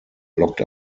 lockt